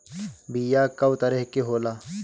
बीया कव तरह क होला?